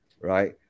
right